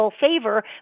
favor